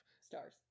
stars